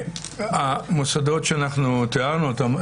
המוסדות שאנחנו תיארנו אותם,